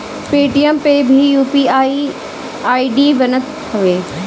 Paytm पअ भी UPI ID बनत हवे